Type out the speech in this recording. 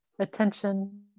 attention